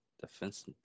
Defense